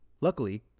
Luckily